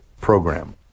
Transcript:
program